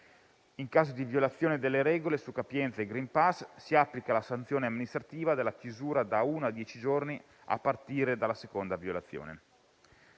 In caso di violazione delle regole su capienza e *green pass* si applica la sanzione amministrativa della chiusura da uno a dieci giorni a partire dalla seconda violazione.